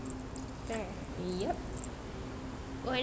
correct